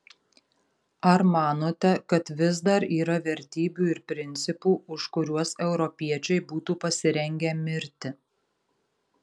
ar manote kad vis dar yra vertybių ir principų už kuriuos europiečiai būtų pasirengę mirti